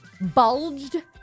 Bulged